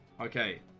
Okay